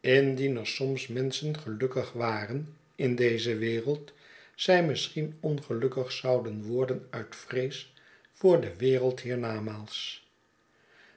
er soms menschen gelukkig waren in deze wereld zij misschien ongelukkig zouden worden uit vrees voor de wereld hiernamaals